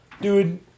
Dude